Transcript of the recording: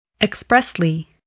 expressly